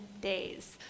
days